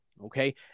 Okay